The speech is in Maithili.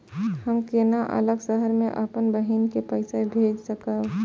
हम केना अलग शहर से अपन बहिन के पैसा भेज सकब?